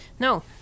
no